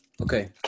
Okay